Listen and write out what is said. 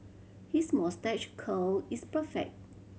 his moustache curl is perfect